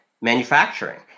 manufacturing